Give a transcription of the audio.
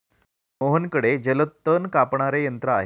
मोहनकडे जलतण कापणारे यंत्र आहे